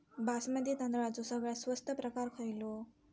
बासमती तांदळाचो सगळ्यात स्वस्त प्रकार खयलो?